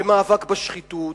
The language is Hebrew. ומאבק בשחיתות,